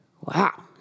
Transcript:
Wow